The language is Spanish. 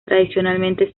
tradicionalmente